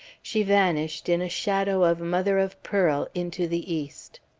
she vanished in a shadow of mother-of-pearl into the east.